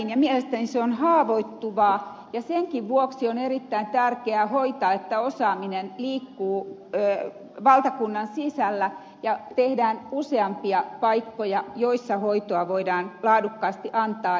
mielestäni se on haavoittuvaa ja senkin vuoksi on erittäin tärkeää hoitaa että osaaminen liikkuu valtakunnan sisällä ja tehdään useampia paikkoja joissa hoitoa voidaan laadukkaasti antaa